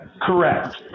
Correct